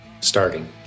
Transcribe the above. starting